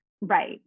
Right